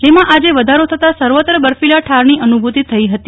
જેમાં આજે વધારો થતા સર્વત્ર બર્ફીલા ઠારની અનુભૂતિ થઈ હતી